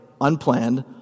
unplanned